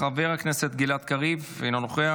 חברת הכנסת גלעד קריב - אינו נוכח.